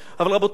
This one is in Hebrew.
אבל, רבותי,